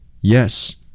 Yes